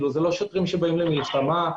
זה לא שוטרים שבאים למלחמה.